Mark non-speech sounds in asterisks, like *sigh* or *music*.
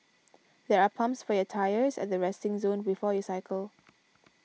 *noise* there are pumps for your tyres at the resting zone before you cycle